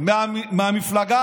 מהמפלגה